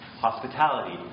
hospitality